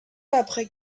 après